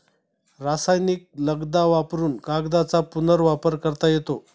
रासायनिक लगदा वापरुन कागदाचा पुनर्वापर करता येतो